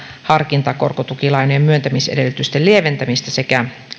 harkintakorkotukilainojen myöntämisedellytysten lieventämistä sekä korkotukilainojen